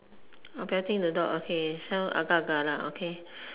oh petting the dog okay so agak agak lah okay